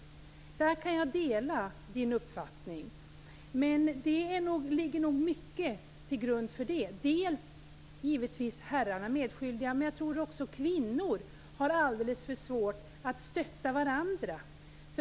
Där delar jag Johan Lönnroths uppfattning. Det ligger nog mycket till grund för detta. Givetvis är herrarna medskyldiga, men jag tror också att kvinnor har alldeles för svårt att stötta varandra.